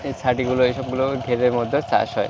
এই ছাটিগুলো এই সবগুলো ঘেরের মধ্যেও চাষ হয়